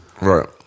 Right